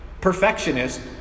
perfectionist